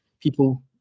people